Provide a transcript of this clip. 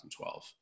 2012